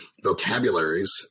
vocabularies